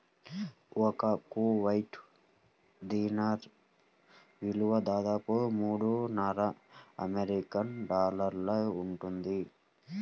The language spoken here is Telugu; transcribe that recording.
ఒక కువైట్ దీనార్ విలువ దాదాపు మూడున్నర అమెరికన్ డాలర్లు ఉంటుంది